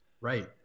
Right